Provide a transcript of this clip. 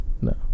No